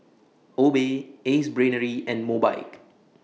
Obey Ace Brainery and Mobike